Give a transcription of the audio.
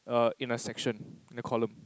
err in a section in a column